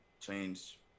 change